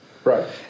Right